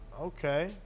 Okay